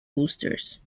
boosters